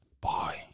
Bye